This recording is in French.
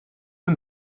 eux